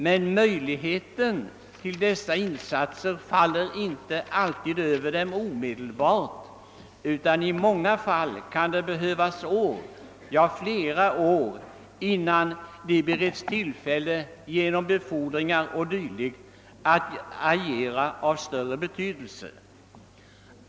Men möjligheterna att göra dessa insatser får de inte alltid omedelbart, utan 1 många fall kan det behövas flera år, innan de bereds tillfälle att genom t.ex. befordran göra insatser av större betydelse.